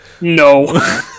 no